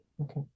Okay